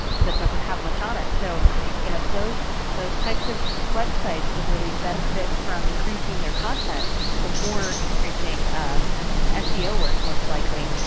that doesn't have much on it. so you know those those types of websites would really benefit from increasing their content before increasing seo work, most likely.